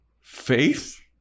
faith